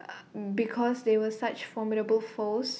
eh because they were such formidable foes